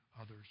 others